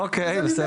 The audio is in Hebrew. אוקיי, בסדר.